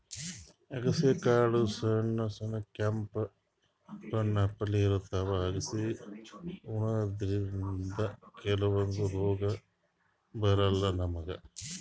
ಅಗಸಿ ಕಾಳ್ ಸಣ್ಣ್ ಕೆಂಪ್ ಬಣ್ಣಪ್ಲೆ ಇರ್ತವ್ ಅಗಸಿ ಉಣಾದ್ರಿನ್ದ ಕೆಲವಂದ್ ರೋಗ್ ಬರಲ್ಲಾ ನಮ್ಗ್